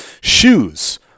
Shoes